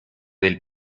del